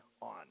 on